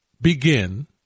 begin